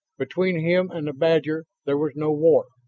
between him and the badger there was no war.